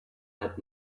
had